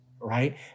right